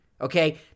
Okay